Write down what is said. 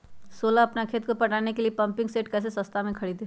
सोलह अपना खेत को पटाने के लिए पम्पिंग सेट कैसे सस्ता मे खरीद सके?